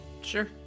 sure